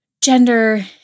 gender